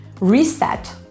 reset